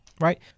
right